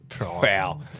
wow